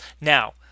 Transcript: now